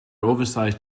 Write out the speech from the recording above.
oversized